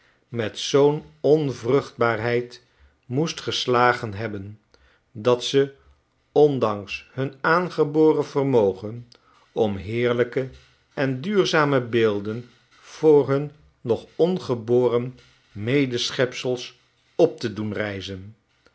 met zoo'n onvruchtbaarheid moest geslagen hebben dat ze ondanks hun aangeboren vermogen om heerlijke en duurzame beelden voor hun nog ongeboren medeschepsels op te doen rijzen